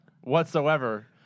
whatsoever